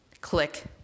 Click